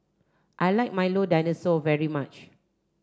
I like Milo Dinosaur very much